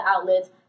outlets